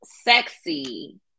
sexy